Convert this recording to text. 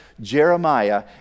Jeremiah